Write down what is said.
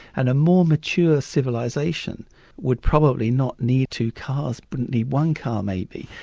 and a more mature civilisation would probably not need two cars, wouldn't need one car maybe.